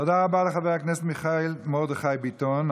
תודה רבה לחבר הכנסת מיכאל מרדכי ביטון,